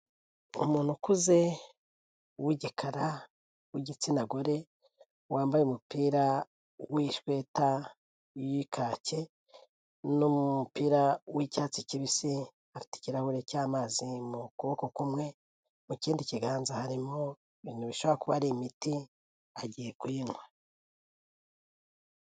Umuntu ukuze w'igikara w'igitsina gore, wambaye umupira w'ishweta y'ikake n'umupira w'icyatsi kibisi, afite ikirahure cy'amazi mu kuboko kumwe, mu kindi kiganza harimo ibintu bishobora kuba ari imiti agiye kuyinywa.